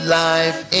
life